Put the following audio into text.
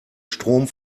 strom